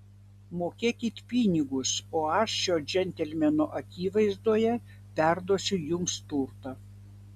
mokėkit pinigus o aš šio džentelmeno akivaizdoje perduosiu jums turtą